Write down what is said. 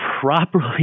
properly